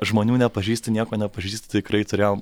žmonių nepažįstu nieko nepažįstu tikrai turėjom